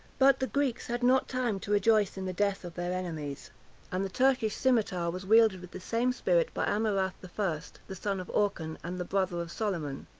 but the greeks had not time to rejoice in the death of their enemies and the turkish cimeter was wielded with the same spirit by amurath the first, the son of orchan, and the brother of soliman.